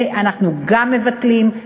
אנחנו גם כן מבטלים.